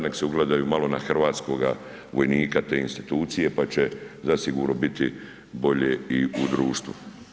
Nek se ugledaju malo na hrvatskoga vojnika te institucije pa će zasigurno biti bolje i u društvu.